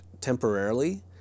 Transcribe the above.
temporarily